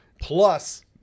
plus